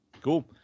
Cool